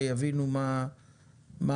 שיבינו מה החוק.